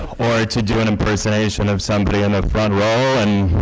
or to do an impersonation of something in the front row and